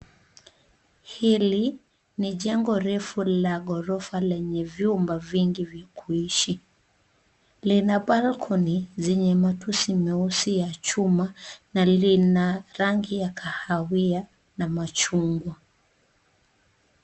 Hili ni jengo refu la ghorofa lenye vyumba vingi vya kuishi. Lina balcony zenye matusi meusi ya chuma, na lina rangi ya kahawia na machungwa.